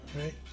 Right